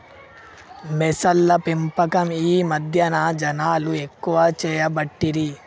మొసళ్ల పెంపకం ఈ మధ్యన జనాలు ఎక్కువ చేయబట్టిరి